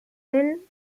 and